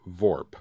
Vorp